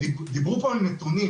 דיברו פה על נתונים,